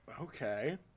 Okay